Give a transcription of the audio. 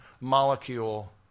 molecule